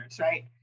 right